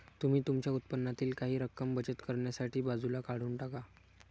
तुम्ही तुमच्या उत्पन्नातील काही रक्कम बचत करण्यासाठी बाजूला काढून टाका